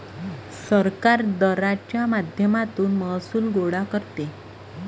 सरकार दराच्या माध्यमातून महसूल गोळा करते